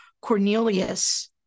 Cornelius